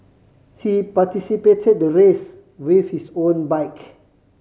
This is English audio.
he participated the race with his own bike